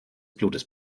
blutes